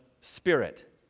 spirit